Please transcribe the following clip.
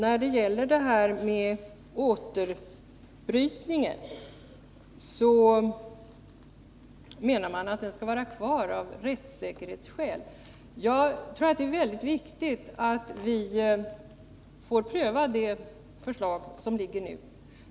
Fru talman! Återbrytningen menar man skall vara kvar av rättssäkerhets skäl. Jag tror att det är väldigt viktigt att vi får pröva det förslag som nu föreligger.